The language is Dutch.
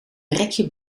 rekje